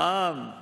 מע"מ,